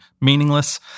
meaningless